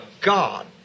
God